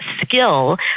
skill